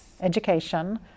education